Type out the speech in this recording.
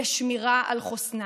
ושמירה על חוסנם.